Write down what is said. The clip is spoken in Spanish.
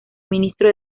ministro